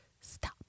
stop